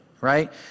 right